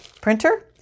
printer